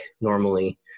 normally